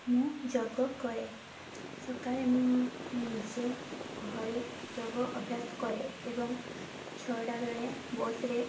ମୁଁ ଯୋଗ କରେ ସକାଳେ ମୁଁ ନିଜେ ଘରେ ଯୋଗ ଅଭ୍ୟାସ କରେ ଏବଂ ଛଅଟା ବେଳେ ବସ୍ରେ